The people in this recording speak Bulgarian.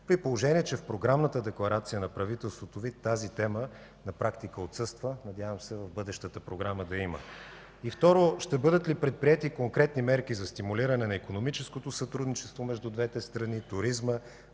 при положение че в Програмната декларация на правителството Ви тази тема на практика отсъства, надявам се в бъдещата програма да я има? Ще бъдат ли предприети конкретни мерки за стимулиране на икономическото сътрудничество между двете страни, туризма,